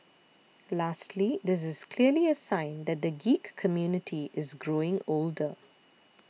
lastly this is clearly a sign that the geek community is growing older